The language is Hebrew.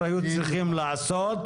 בבקשה, תציג את עצמך ותדבר.